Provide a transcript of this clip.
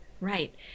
right